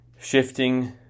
shifting